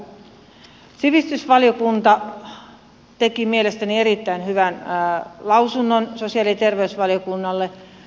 sivistysvaliokunta teki mielestäni erittäin hyvän lausunnon sosiaali ja terveysvaliokunnalle